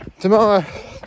tomorrow